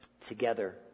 together